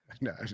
no